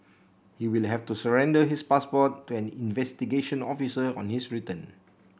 he will have to surrender his passport to an investigation officer on his return